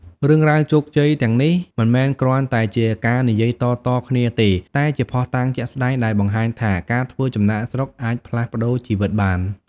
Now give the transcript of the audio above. រឿងរ៉ាវជោគជ័យទាំងនេះ មិនមែនគ្រាន់តែជាការនិយាយតៗគ្នាទេ តែជាភស្តុតាងជាក់ស្ដែងដែលបង្ហាញថាការធ្វើចំណាកស្រុកអាចផ្លាស់ប្ដូរជីវិតបាន។